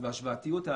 בהשוואתיות,